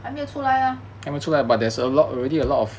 还没有出来 ah